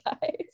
guys